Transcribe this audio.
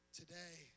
today